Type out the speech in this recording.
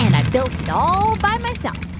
i built all by myself.